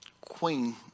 queen